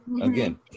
again